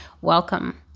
welcome